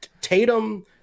Tatum